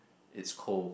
it's cold